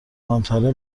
مهمتره